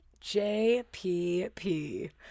JPP